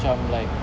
macam like